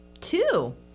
Two